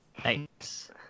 Thanks